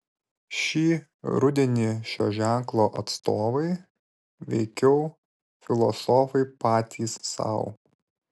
šį rudenį šio ženklo atstovai veikiau filosofai patys sau